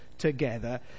together